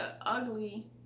ugly